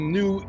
new